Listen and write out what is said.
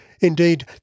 Indeed